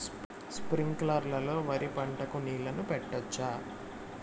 స్ప్రింక్లర్లు లో వరి పంటకు నీళ్ళని పెట్టొచ్చా?